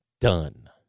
Done